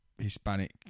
Hispanic